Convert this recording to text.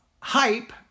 hype